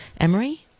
Emery